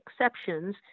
exceptions